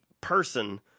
person